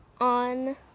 on